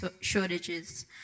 shortages